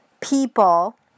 people